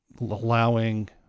allowing